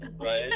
right